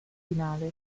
finale